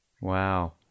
Wow